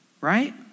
right